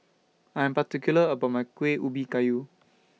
I'm particular about My Kuih Ubi Kayu